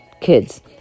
kids